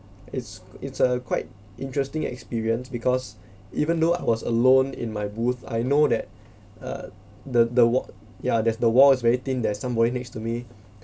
it's it's a quite interesting experience because even though I was alone in my booth I know that uh the the wha~ ya there's the wall is very thin there's somebody next to me